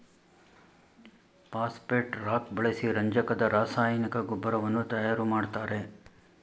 phosphate rock ಬಳಸಿ ರಂಜಕದ ರಾಸಾಯನಿಕ ಗೊಬ್ಬರವನ್ನು ತಯಾರು ಮಾಡ್ತರೆ